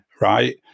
right